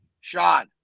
Sean